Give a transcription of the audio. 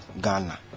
Ghana